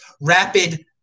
rapid